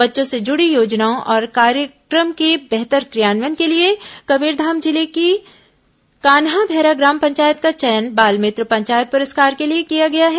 बच्चों से जुड़ी योजनाओं और कार्यक्रम के बेहतर क्रियान्वयन के लिए कबीरधाम जिले की कान्हाभैरा ग्राम पंचायत का चयन बाल मित्र पंचायत पुरस्कार के लिए किया गया है